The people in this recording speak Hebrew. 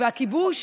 והכיבוש,